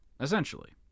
essentially